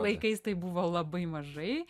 laikais tai buvo labai mažai